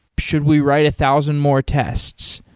should we write a thousand more tests?